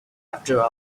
after